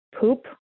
poop